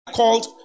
called